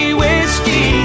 whiskey